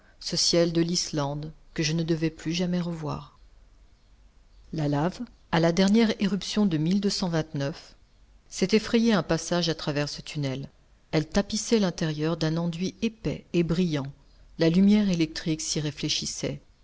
ce ciel de l'islande que je ne devais plus jamais revoir la lave à la dernière éruption de s'était frayé un passage à travers ce tunnel elle tapissait l'intérieur d'un enduit épais et brillant la lumière électrique s'y réfléchissait